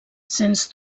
sens